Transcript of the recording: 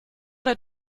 der